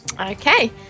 Okay